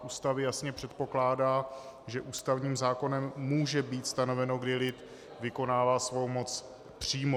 Ústavy jasně předpokládá, že ústavním zákonem může být stanoveno, kdy lid vykonává svou moc přímo.